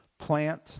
plant